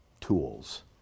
tools